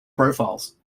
profiles